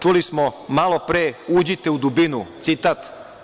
Čuli smo malopre, uđite u dubinu, citat.